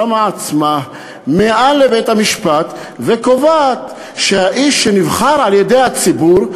שמה עצמה מעל לבית-המשפט וקובעת שהאיש שנבחר על-ידי הציבור,